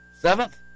seventh